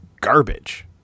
garbage